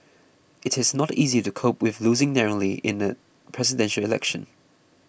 it is not easy to cope with losing narrowly in a Presidential Election